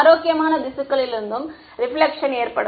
ஆரோக்கியமான திசுக்களிலிருந்தும் ரெபிலக்ஷன் ஏற்படும்